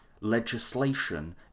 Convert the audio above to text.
legislation